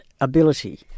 ability